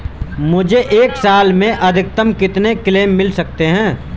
मुझे एक साल में अधिकतम कितने क्लेम मिल सकते हैं?